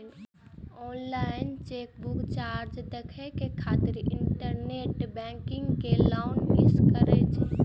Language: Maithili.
ऑनलाइन चेकबुक चार्ज देखै खातिर इंटरनेट बैंकिंग मे लॉग इन करै पड़ै छै